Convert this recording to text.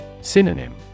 Synonym